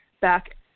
back